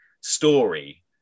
story